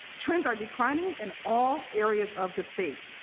trends are declining in all areas of the state.